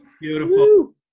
Beautiful